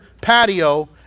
patio